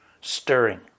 stirring